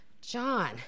John